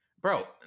Bro